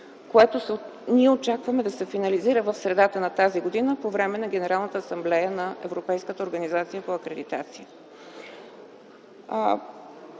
което ние очакваме да се финализира в средата на тази година по време на Генералната асамблея на Европейската организация за акредитация.